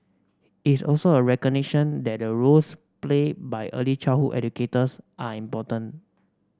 it's is also a recognition that the roles played by early childhood educators are important